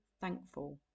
thankful